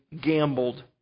gambled